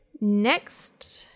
Next